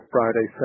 Friday